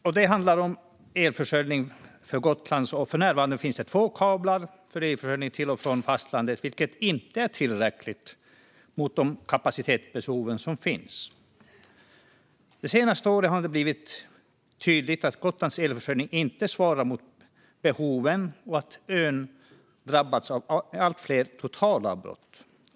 När det gäller Gotlands elförsörjning finns det för närvarande två kablar för elförsörjning till och från fastlandet, vilket inte är tillräckligt i relation till de kapacitetsbehov som finns. De senaste åren har det blivit tydligt att Gotlands elförsörjning inte svarar mot behoven. Ön har drabbats av allt fler totalavbrott.